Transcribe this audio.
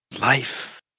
life